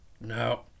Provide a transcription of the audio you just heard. No